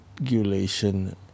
regulation